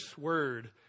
word